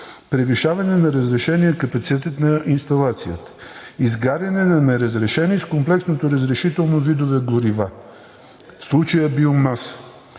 превишаване на разрешения капацитет на инсталацията; изгаряне на неразрешени с комплексното разрешително видове горива, в случая биомаса;